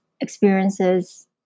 experiences